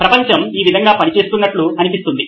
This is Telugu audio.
ప్రపంచం ఈ విధంగా పనిచేస్తున్నట్లు అనిపిస్తుంది